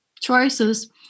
choices